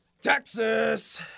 Texas